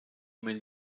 mail